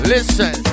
Listen